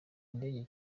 indege